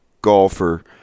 golfer